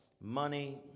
money